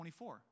24